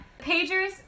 Pagers